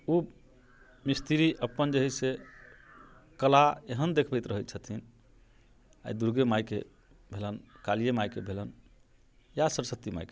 ओ मिस्तिरी अपन जे हइ से कला एहन देखबैत रहै छथिन आइ दुर्गे माइके भेलनि कालिए माइके भेलनि या सरस्वती माइके भेलनि